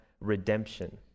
redemption